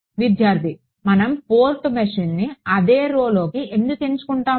విద్యార్థి మనం పోర్ట్ మెషీన్ను అదే లోకి ఎందుకు ఎంచుకుంటాము